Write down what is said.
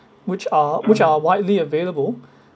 which are which are widely available